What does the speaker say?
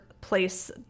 place